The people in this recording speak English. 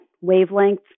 wavelength